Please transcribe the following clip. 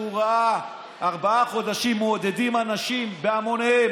ראה שארבעה חודשים מעודדים אנשים בהמוניהם,